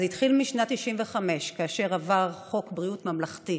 זה התחיל בשנת 1995, כאשר עבר חוק בריאות ממלכתי.